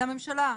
לממשלה,